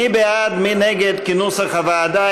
מי בעד ומי נגד, כנוסח הוועדה?